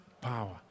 power